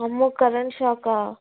ఆమ్మో కరెంట్ షాకా